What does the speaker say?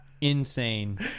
Insane